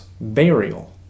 burial